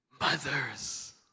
Mothers